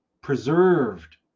preserved